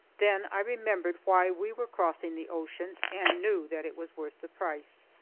then i remembered why we were crossing the ocean, and knew that it was worth the price.